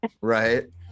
Right